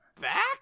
back